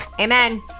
Amen